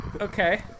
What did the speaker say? okay